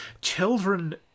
children